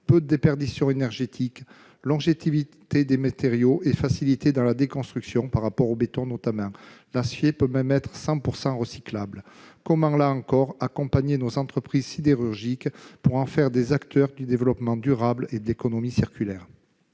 peu de déperditions énergétiques, longévité des matériaux et facilité dans la déconstruction, notamment par rapport au béton. L'acier peut même être à 100 % recyclable. Comment, là encore, accompagner nos entreprises sidérurgiques, pour en faire des acteurs du développement durable et de l'économie circulaire ?